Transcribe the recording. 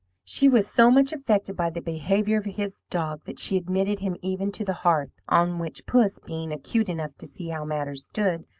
she was so much affected by the behaviour of his dog that she admitted him even to the hearth on which puss, being acute enough to see how matters stood,